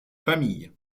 famille